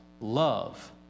love